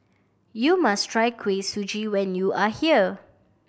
you must try Kuih Suji when you are here